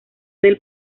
del